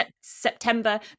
September